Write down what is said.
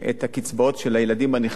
את הקצבאות של הילדים הנכים